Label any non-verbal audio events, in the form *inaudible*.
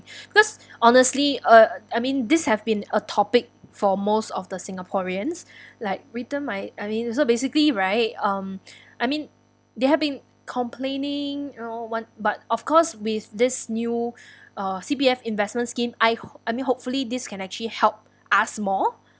*breath* because honestly uh I mean this have been a topic for most of the singaporeans *breath* like written my I mean so basically right um *breath* I mean they have been complaining or what but of course with this new *breath* uh C_P_F investment scheme I ho~ I mean hopefully this can actually help us more